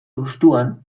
hustuan